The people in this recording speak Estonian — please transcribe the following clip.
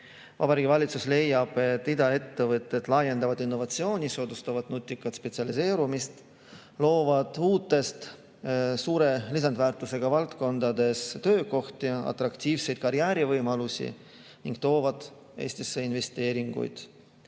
Vabariigi Valitsus leiab, et iduettevõtted laiendavad innovatsiooni, soodustavad nutikat spetsialiseerumist, loovad uutes, suure lisandväärtusega valdkondades töökohti ja atraktiivseid karjäärivõimalusi ning toovad Eestisse investeeringuid.